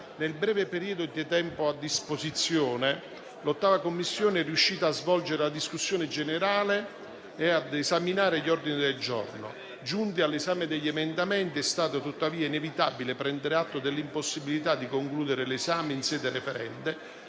nel breve periodo di tempo a disposizione, l'8a Commissione è riuscita a svolgere la discussione generale e ad esaminare gli ordini del giorno. Giunti all'esame degli emendamenti, è stato tuttavia inevitabile prendere atto dell'impossibilità di concludere l'esame in sede referente